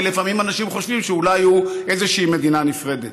כי לפעמים אנשים חושבים שאולי הוא איזושהי מדינה נפרדת.